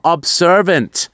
Observant